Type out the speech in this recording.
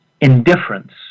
indifference